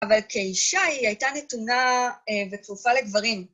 אבל כאישה היא הייתה נתונה וכפופה לגברים.